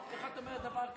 איך את אומרת דבר כזה?